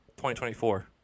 2024